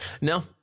No